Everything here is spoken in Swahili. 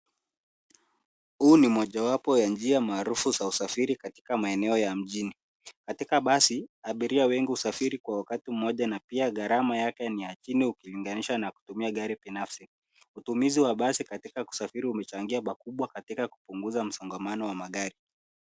Huu ni mojawapo ya njia maarufu za usafiri katika maeneo ya mjini. Katika basi, abiria wengi husafiri kwa wakati mmoja, na pia gharama yake ni ya chini, ukilinganisha na kutumia gari binafsi. Utumizi wa basi katika kusafiri umechangia pakubwa katika kupunguza msongamano wa magari.